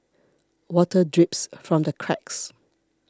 water drips from the cracks